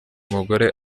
umugore